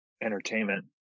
entertainment